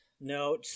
No